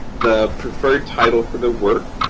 the preferred title for the work,